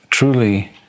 truly